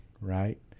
right